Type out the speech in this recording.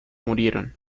murieron